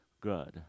good